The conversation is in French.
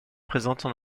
présentes